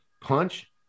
Punch